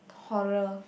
horror